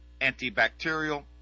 antibacterial